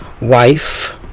wife